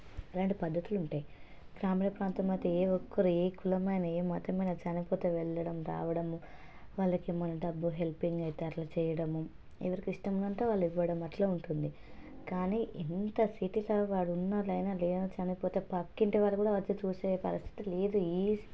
ఇలాంటి పద్దతులుంటాయి గ్రామీణ ప్రాంతంలో అయితే ఏ ఒక్కరూ ఏ కులమైనా ఏ మతమైనా చనిపోతే వెళ్ళడం రావడము వాళ్ళకేమైనా డబ్బు హెల్పింగ్ అయితే అలా చేయడము ఎవరికిష్టం ఉంటే వాళ్ళివ్వడము అలా ఉంటుంది కానీ ఎంత సిటిస్లో వాళ్ళు ఉన్నవాళ్ళు అయినా లేనోడు చనిపోతే పక్కింటి వారు కూడా వచ్చి చూసే పరిస్థితి లేదు ఈ